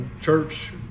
church